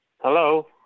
Hello